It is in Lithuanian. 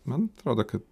man atrodo kad